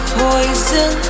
poison